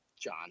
John